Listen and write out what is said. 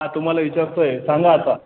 हां तुम्हाला विचारतो आहे सांगा आता